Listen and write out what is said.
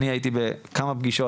אני הייתי בכמה פגישות,